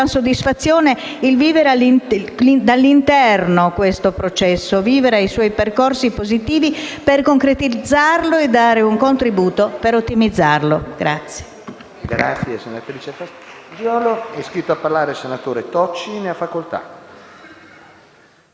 soddisfazione vivere dall'interno questo processo, vivere i suoi percorsi positivi per concretizzarlo e dare un contributo per ottimizzarlo.